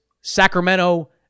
Sacramento